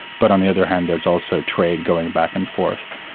but on the other hand there's also trade going back and forth,